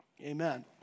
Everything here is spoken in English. Amen